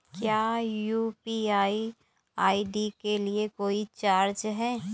क्या UPI ID के लिए कोई चार्ज है?